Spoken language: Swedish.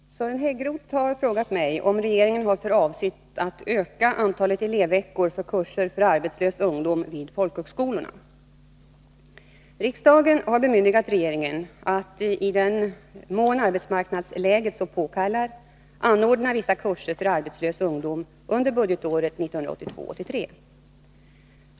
Herr talman! Sören Häggroth har frågat mig om regeringen har för avsikt att öka antalet elevveckor för kurser för arbetslös ungdom vid folkhögskolorna. Riksdagen har bemyndigat regeringen att i den mån arbetsmarknadsläget så påkallar anordna vissa kurser för arbetslös ungdom under budgetåret 1982/83.